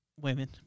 Women